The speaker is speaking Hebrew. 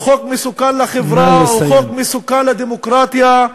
הוא חוק מסוכן לחברה, הוא חוק מסוכן לדמוקרטיה,